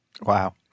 Wow